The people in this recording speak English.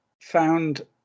found